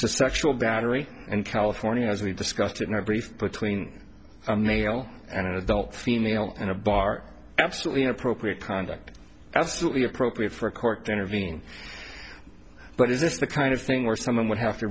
to sexual battery and california as we discussed in our brief between a male and adult female in a bar absolutely inappropriate conduct absolutely appropriate for a court to intervene but is this the kind of thing where someone would have to